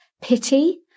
pity